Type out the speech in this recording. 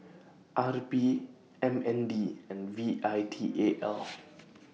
R P M N D and V I T A L